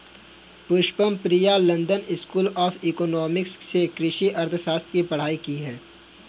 Pushpam Priya London school of economics से कृषि अर्थशास्त्र की पढ़ाई की है